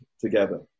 together